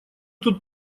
тут